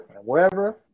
wherever